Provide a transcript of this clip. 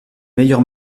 meilleur